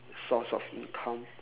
source of income